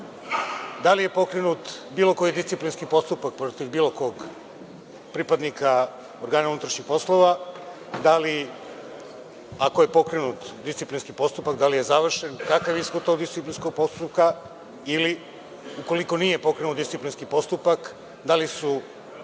da li je pokrenut bilo koji disciplinski postupak protiv bilo kog pripadnika organa unutrašnjih poslova? Da li ako je pokrenut disciplinski postupak, da li je završen, kakav je ishod tog disciplinskog postupka ili ukoliko nije pokrenut disciplinski postupak, da li su